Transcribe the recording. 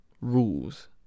rules